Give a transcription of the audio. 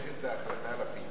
התשע"ב 2012, נתקבל.